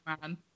Man